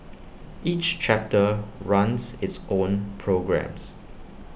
each chapter runs its own programmes